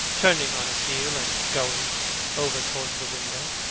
turning on his heel and going over towards the window.